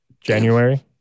January